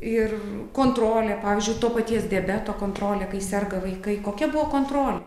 ir kontrolė pavyzdžiui to paties diabeto kontrolė kai serga vaikai kokia buvo kontrolė